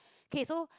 okay so